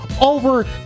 over